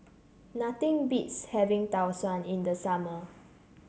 nothing beats having Tau Suan in the summer